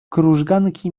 krużganki